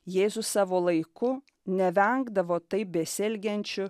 jėzus savo laiku nevengdavo taip besielgiančių